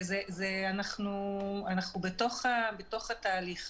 אנחנו בתוך התהליך.